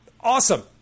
Awesome